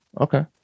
okay